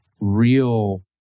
real